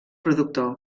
productor